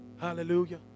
hallelujah